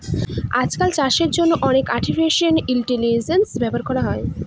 আজকাল চাষের জন্য অনেক আর্টিফিশিয়াল ইন্টেলিজেন্স ব্যবহার করা হয়